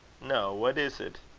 no. what is it?